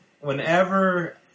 Whenever